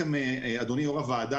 אדוני יושב ראש הוועדה,